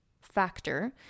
factor